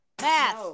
Math